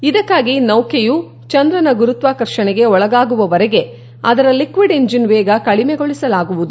ಇದಕ್ಕಾಗಿ ನೌಕೆಯು ಚಂದ್ರನ ಗುರುತ್ವಾಕರ್ಷಣೆಗೆ ಒಳಗಾಗುವವರೆಗೆ ಅದರ ಲಿಕ್ಷಿಡ್ ಇಂಜಿನ್ ವೇಗ ಕಡಿಮೆಗೊಳಿಸಲಾಗುವುದು